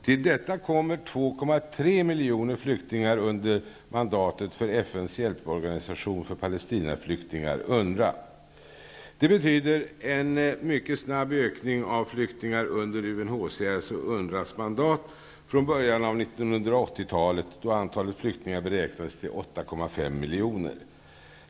Till detta kommer 2,3 Detta betyder en mycket snabb ökning av antalet flyktingar under UNHCR:s och UNRWA:s mandat från början av 1980-talet, då antalet flyktingar beräknades till 8,5 miljoner.